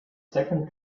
second